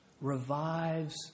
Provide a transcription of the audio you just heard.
revives